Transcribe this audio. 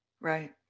right